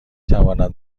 توانم